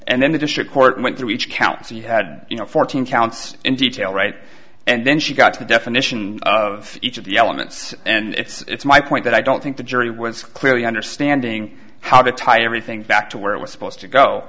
and then the district court went through each count so you had you know fourteen counts in detail right and then she got to the definition of each of the elements and it's my point that i don't think the jury was clearly understanding how to tie everything back to where it was supposed to go